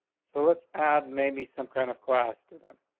so let's add maybe some kind of class to them.